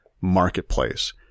marketplace